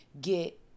get